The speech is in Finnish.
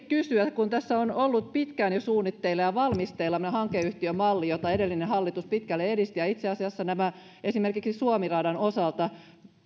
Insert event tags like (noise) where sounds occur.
(unintelligible) kysyä siitä kun tässä on ollut pitkään jo suunnitteilla ja valmisteilla tämä hankeyhtiömalli jota edellinen hallitus pitkälle edisti ja itse asiassa esimerkiksi suomi radan osalta